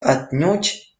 отнюдь